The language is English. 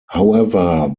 however